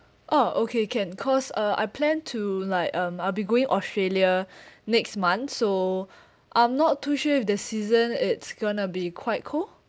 oh okay can cause uh I plan to like um I'll be going australia next month so I'm not too sure if the season it's gonna be quite cold